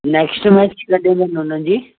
next match कॾहिं अथनि हुननि जी